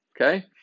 okay